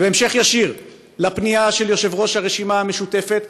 זה בהמשך ישיר לפנייה של יושב-ראש הרשימה המשותפת,